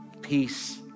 peace